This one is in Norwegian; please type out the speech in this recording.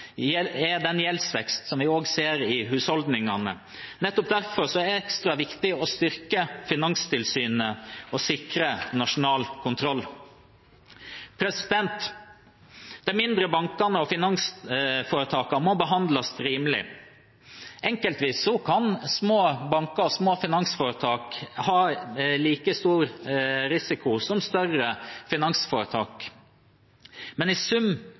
som vi ser i husholdningene. Nettopp derfor er det ekstra viktig å styrke Finanstilsynet og sikre nasjonal kontroll. De mindre bankene og finansforetakene må behandles rimelig. Enkeltvis kan små banker og små finansforetak ha like stor risiko som større finansforetak, men i sum